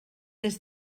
des